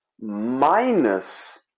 minus